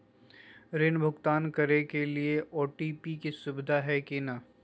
ऋण भुगतान करे के लिए ऑटोपे के सुविधा है की न?